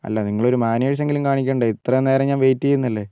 അല്ല നിങ്ങളൊരു മാനേഴ്സെങ്കിലും കാണിക്കണ്ടേ ഇത്രയും നേരം ഞാൻ വെയിറ്റ് ചെയ്യുന്നല്ലേ